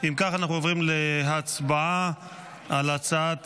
אם כך, אנחנו עוברים להצבעה על הצעת